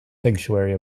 sanctuary